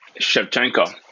Shevchenko